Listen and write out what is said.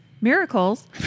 miracles